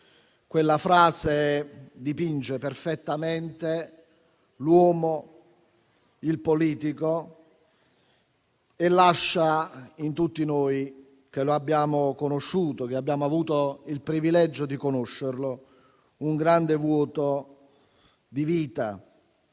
Quella frase dipinge perfettamente l'uomo e il politico. Egli lascia, in tutti noi che lo abbiamo conosciuto, che abbiamo avuto il privilegio di conoscerlo, un grande vuoto di vita.